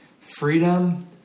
freedom